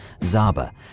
Zaba